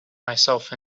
myself